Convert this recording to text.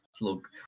Look